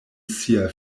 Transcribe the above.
sia